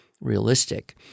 realistic